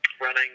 Running